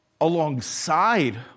alongside